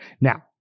Now